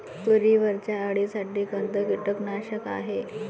तुरीवरच्या अळीसाठी कोनतं कीटकनाशक हाये?